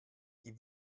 die